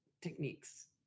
techniques